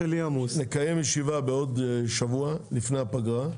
נקיים ישיבה בעוד שבוע, לפני הפגרה,